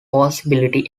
possibility